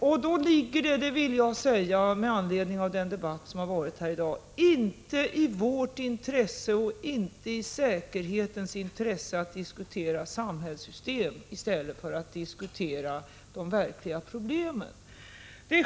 Men jag vill säga, med anledning av den debatt som förts här i dag, att det inte ligger i vårt intresse eller i säkerhetens intresse att diskutera samhällssystem i stället för att diskutera de verkliga problemen.